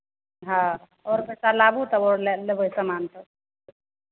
हँ आओर पैसा लाबू तब आओर लए लेबै सामानसभ